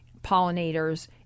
pollinators